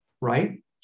right